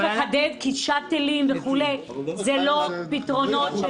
כי שאטלים וכו' זה לא פתרונות ישימים.